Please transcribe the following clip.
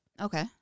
Okay